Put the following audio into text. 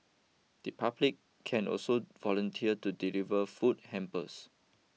the public can also volunteer to deliver food hampers